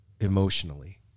emotionally